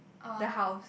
the house